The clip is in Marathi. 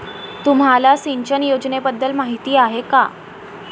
तुम्हाला सिंचन योजनेबद्दल माहिती आहे का?